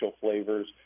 flavors